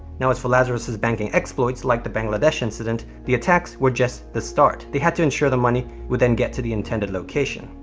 now, as for lazarus' banking exploits, like the bangladesh incident, the attacks were just the start. they had to ensure the money would then get to the intended location.